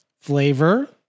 flavor